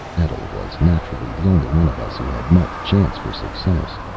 etl was naturally the only one of us who had much chance for success.